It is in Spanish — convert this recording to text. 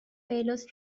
pelos